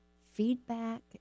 feedback